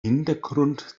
hintergrund